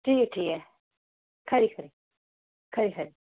ठीक ठीक ऐ खरी खरी खरी खरी